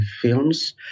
films